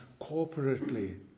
corporately